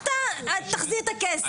תחזיר את הכסף.